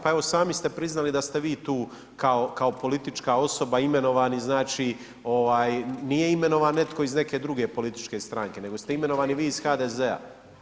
Pa evo sami ste priznali da ste vi tu kao politička osoba imenovani znači, nije imenovan netko iz neke druge političke stranke, nego ste imenovani vi iz HDZ-a.